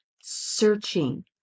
searching